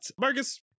Marcus